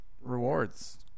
rewards